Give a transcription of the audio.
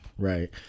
Right